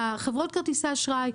חברות כרטיסי האשראי,